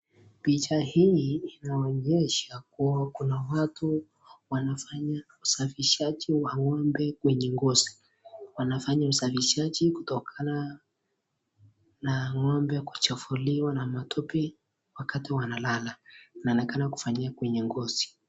Picha hii inaonyesha kuwa kuna watu wanafanya usafishaji wa ng'ombe kwenye ngozi. Wanafanya usafishaji kutokana na ng'ombe kuchafuliwa na matope wakati wanalala. Inaonekana kufanyiwa kwenye ngozi.